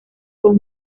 con